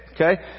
Okay